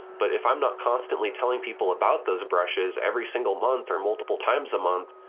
but if i'm not constantly telling people about those brushes every single month, or multiple times a month,